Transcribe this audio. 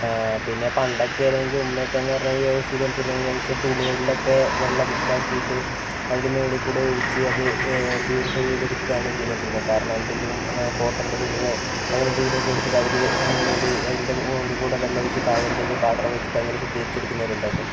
പിന്നെ പണ്ടൊക്കെ ആയിരുന്നെങ്കിൽ ഉമ്മയൊക്കെ എന്താ പറയുക യൂസ് ചെയ്തു കൊണ്ടിരുന്നത് എങ്ങനെയാ എന്ന് വെച്ചാൽ തുണികളിലൊക്കെ വെള്ളം ഇതാക്കിട്ട് അതില് മുകളിൽക്കൂടെ ഒഴിച്ച് അത് പ്യൂരിഫൈ ചെയ്ത് എടുക്കുകയാണ് ചെയ്തുകൊണ്ടിരുന്നത് കാരണം എന്തേലും കോട്ടൺൻ്റെ തുണിയോ അങ്ങനെ എന്തെങ്കിലും ഒക്കെ എടുത്തിട്ട് അതില് മൂടി അതിൻറ്റെ മുകളിൽ കൂടെ വെള്ളം ഒഴിച്ച് താഴെ എന്തെങ്കിലും പാത്രം വെച്ചിട്ട് അങ്ങനെ ശുദ്ധീകരിച്ച് എടുക്കുന്നവരും ഉണ്ടായിരുന്നു